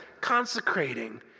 consecrating